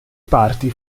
parti